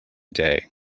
day